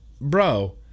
bro